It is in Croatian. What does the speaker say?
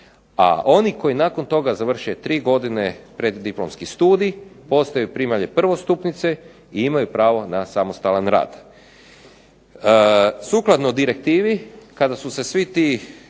A oni koji nakon toga završe tri godine preddiplomski studij postaju primalje prvostupnice i imaju pravo na samostalan rad. Sukladno direktivi kada su se svi ti,